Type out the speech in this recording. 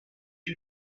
you